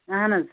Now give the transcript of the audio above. اہن حظ